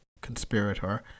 conspirator